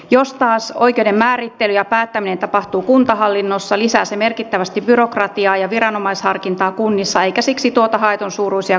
jos taas oikeuden määrittely ja päättäminen tapahtuu kuntahallinnossa lisää se merkittävästi byrokratiaa ja viranomaisharkintaa kunnissa eikä siksi tuota haetun suuruisia kustannussäästöjä